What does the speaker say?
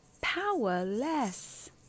Powerless